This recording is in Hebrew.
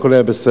הכול היה בסדר.